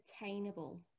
attainable